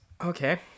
Okay